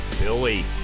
Billy